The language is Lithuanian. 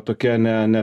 tokia ne ne